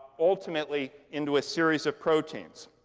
ultimately into a series of proteins.